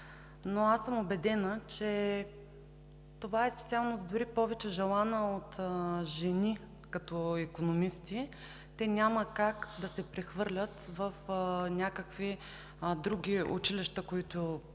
но аз съм убедена, че това е специалност, повече желана от жени като икономисти. Те няма как да се прехвърлят в някакви други училища, което очаквате